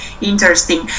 interesting